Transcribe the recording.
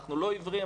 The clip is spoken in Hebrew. אנחנו לא עיוורים.